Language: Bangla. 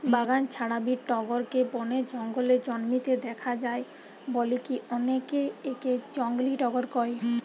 বাগান ছাড়াবি টগরকে বনে জঙ্গলে জন্মিতে দেখা যায় বলিকি অনেকে একে জংলী টগর কয়